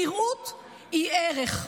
נראות היא ערך.